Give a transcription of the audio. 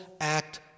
act